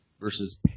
versus